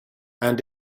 and